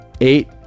eight